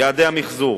יעדי המיחזור,